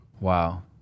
Wow